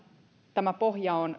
tämä pohja on